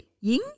Ying